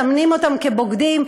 אז מסמנים אותם כבוגדים.